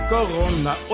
Corona